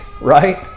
right